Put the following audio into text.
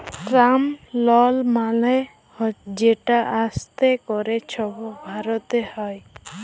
term লল মালে যেট আস্তে ক্যরে ছব ভরতে হ্যয়